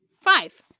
Five